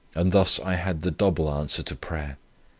and thus i had the double answer to prayer,